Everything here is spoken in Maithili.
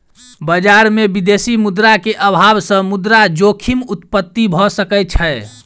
बजार में विदेशी मुद्रा के अभाव सॅ मुद्रा जोखिम उत्पत्ति भ सकै छै